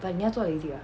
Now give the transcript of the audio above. but 你要做 LASIK ah